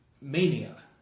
mania